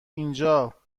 اینجا